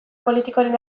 politikoren